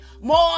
more